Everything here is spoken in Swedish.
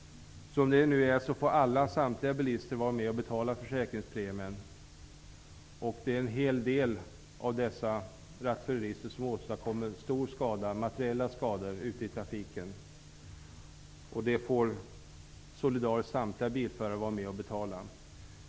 Som det nu är får samtliga bilister vara med och betala försäkringspremien. En hel del av rattfylleristerna åstadkommer stora materiella skador ute i trafiken, vilket alla bilförare solidariskt får vara med och betala.